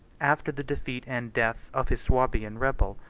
after the defeat and death of his swabian rebel,